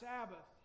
Sabbath